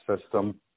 system